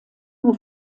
nur